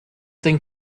denn